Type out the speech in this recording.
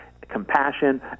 compassion